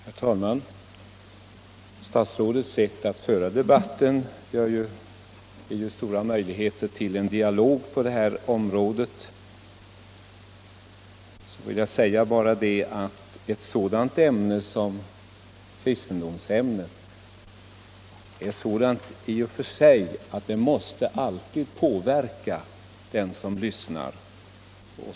Herr talman! Statsrådets sätt att föra debatten ger stora möjligheter till en dialog på det här området, och jag skulle vilja säga att kristendomsämnet i och för sig är ett sådant ämne att det alltid måste påverka den som lyssnar.